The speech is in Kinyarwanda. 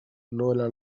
nora